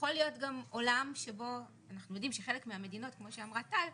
אנחנו יודעים שחלק מהמדינות כמו שאמרה טל,